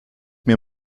mir